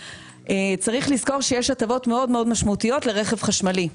צריך לזכור שיש הטבות מאוד משמעותיות לרכב חשמלי.